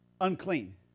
unclean